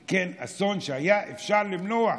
כן, זה אסון שהיה אפשר למנוע.